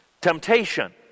Temptation